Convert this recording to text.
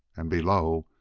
and below,